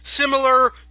similar